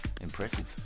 Impressive